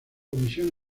comisión